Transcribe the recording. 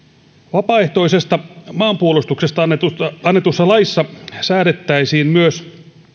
vapaaehtoisesta maanpuolustuksesta annetussa annetussa laissa säädettäisiin myös